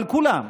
אבל כולם,